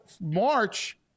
March –